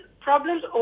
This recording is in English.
problems